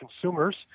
consumers